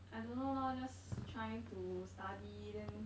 I don't know lor just try to study then